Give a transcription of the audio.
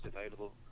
available